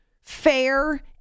fair